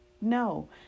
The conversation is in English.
No